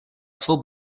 svou